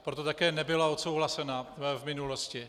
Proto také nebyla odsouhlasena v minulosti.